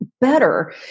better